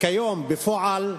כיום, בפועל,